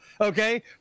Okay